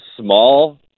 small